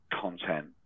content